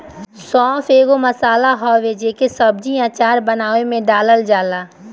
सौंफ एगो मसाला हवे जेके सब्जी, अचार बानवे में डालल जाला